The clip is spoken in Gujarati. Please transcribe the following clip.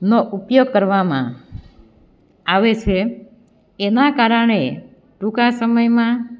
નો ઉપયોગ કરવામાં આવે છે એના કારણે ટૂંકા સમયમાં